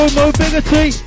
mobility